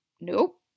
Nope